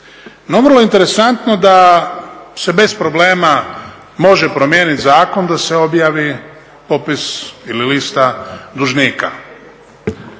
No vrlo interesantno da se bez problema može promijenit zakon da se objavi popis ili lista dužnika.